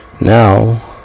now